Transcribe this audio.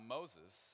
Moses